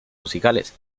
musicales